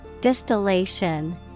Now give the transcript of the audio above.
Distillation